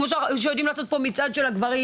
כמו שיודעים לעשות פה מצעד של הגברים